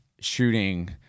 shooting